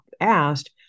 asked